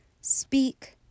Speak